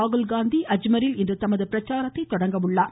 ராகுல்காந்தி அஜ்மெரில் இன்று தமது பிரச்சாரத்தை தொடங்குகிறார்